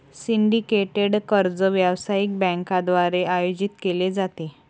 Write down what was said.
syndicated कर्ज व्यावसायिक बँकांद्वारे आयोजित केले जाते